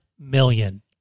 million